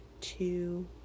two